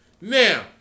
Now